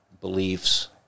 beliefs